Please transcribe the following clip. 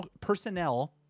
personnel